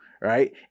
right